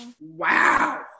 wow